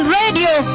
radio